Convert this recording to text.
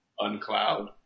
Uncloud